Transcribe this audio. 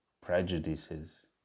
prejudices